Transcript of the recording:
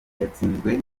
yatsinzwe